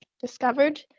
discovered